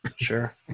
Sure